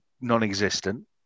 non-existent